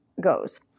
goes